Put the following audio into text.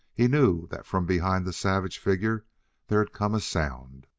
he knew that from behind the savage figure there had come a sound.